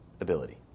ability